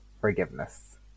forgiveness